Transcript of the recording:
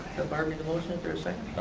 um and motion for a second?